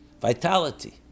Vitality